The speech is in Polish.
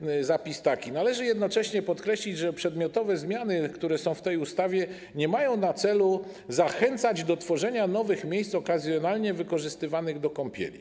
taki zapis: Należy jednocześnie podkreślić, że przedmiotowe zmiany, które są w tej ustawie, nie mają na celu zachęcać do tworzenia nowych miejsc okazjonalnie wykorzystywanych do kąpieli.